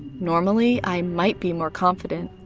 normally i might be more confident.